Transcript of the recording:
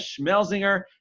Schmelzinger